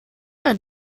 ein